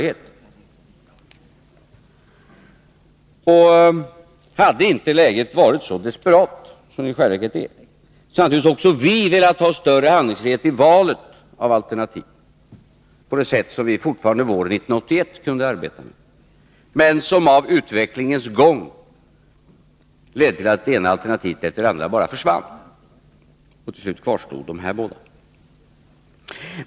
Hade inte läget varit så desperat som det i själva verket är, så hade naturligtvis också vi velat ha större handlingsfrihet i valet av alternativ — på det sätt som fortfarande var möjligt våren 1981. Men utvecklingens gång ledde till att det ena alternativet efter det andra bara försvann, och till slut kvarstod de här båda.